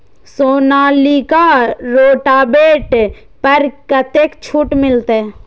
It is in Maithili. सोनालिका रोटावेटर पर कतेक छूट मिलते?